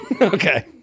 Okay